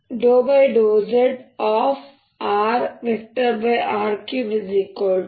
xxrr5 ಮತ್ತು my∂yrr3myyr3 3m